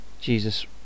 Jesus